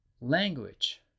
language